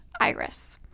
iris